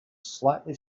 slightly